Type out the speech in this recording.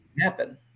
happen